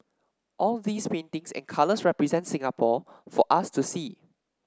all these paintings and colours represent Singapore for us to see